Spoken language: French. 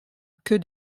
que